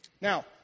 Now